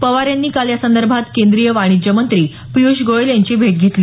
पवार यांनी काल यासंदर्भात केंद्रीय वाणिज्य मंत्री पिय़ष गोयल यांची भेट घेतली